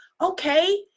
okay